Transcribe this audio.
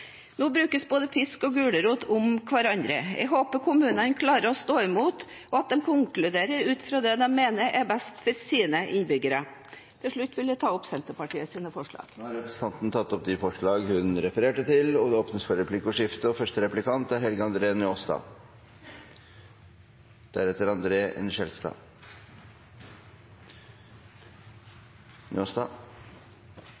Nå brukes både pisk og gulrot om hverandre. Jeg håper kommunene klarer å stå imot og konkludere ut fra hva de mener er best for sine innbyggere. Til slutt vil jeg ta opp Senterpartiets forslag i innstillingen. Representanten Heidi Greni har tatt opp de forslag hun refererte til. Det blir replikkordskifte.